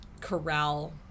corral